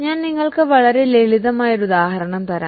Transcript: ഞാൻ നിങ്ങൾക്ക് വളരെ ലളിതമായ ഒരു ഉദാഹരണം തരാം